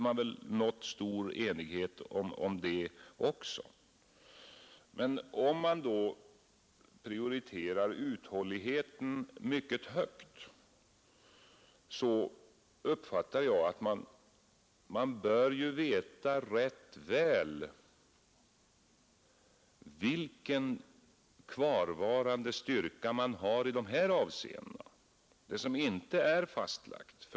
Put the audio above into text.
Men om man prioriterar uthålligheten mycket högt, så bör man enligt min uppfattning veta rätt väl vilken kvarvarande styrka man har i de här avseendena.